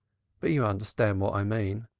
but you understand what i mean.